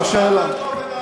תענה על השאלה.